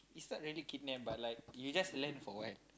it's not really kidnap but like you just learn for awhile